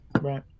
right